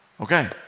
Okay